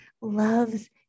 loves